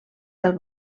del